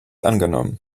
angenommen